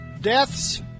deaths